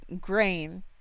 grain